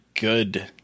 good